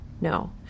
No